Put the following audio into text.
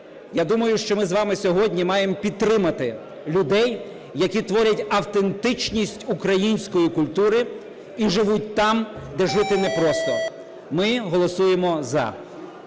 я думаю, що ми з вами сьогодні маємо підтримати людей, які творять автентичність української культури і живуть там, де жити непросто. Ми голосуємо "за".